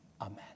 Amen